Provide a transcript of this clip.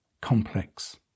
complex